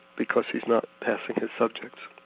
because he's not passing his subjects.